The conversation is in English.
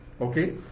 Okay